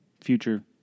future